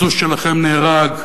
הסוס שלכם נהרג.